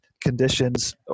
conditions